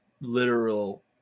literal